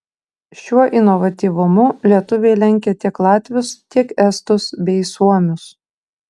šiuo inovatyvumu lietuviai lenkia tiek latvius tiek estus bei suomius